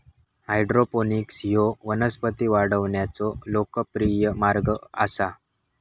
hydroponics ह्यो वनस्पती वाढवण्याचो लोकप्रिय मार्ग आसा